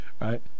Right